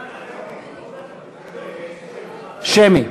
שמי.